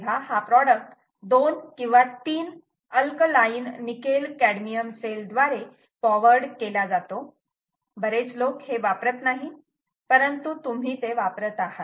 तेव्हा हा प्रॉडक्ट दोन किंवा तीन अल्कलाइन निकेल कॅडमियम सेल द्वारे पॉवर्ड केला जातो बरेच लोक हे वापरत नाही परंतु तुम्ही ते वापरत आहात